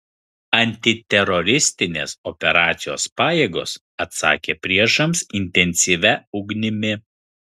antiteroristinės operacijos pajėgos atsakė priešams intensyvia ugnimi